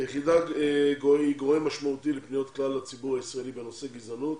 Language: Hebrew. היחידה היא גורם משמעותי לפניות קהל לציבור הישראלי בנושא גזענות